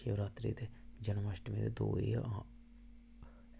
शिवरात्री ते जन्मअष्टमी एह् दौं न